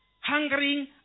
hungering